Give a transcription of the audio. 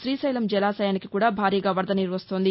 శ్రీశైలం జలాశయానికి కూడా భారీగా వరద నీరు వస్తోంది